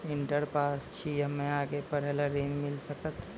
Inter pass छी हम्मे आगे पढ़े ला ऋण मिल सकत?